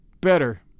Better